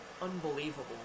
unbelievable